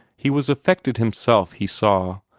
he was affected himself, he saw,